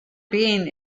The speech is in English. being